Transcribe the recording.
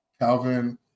Calvin